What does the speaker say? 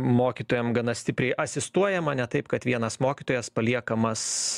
mokytojam gana stipriai asistuojama ne taip kad vienas mokytojas paliekamas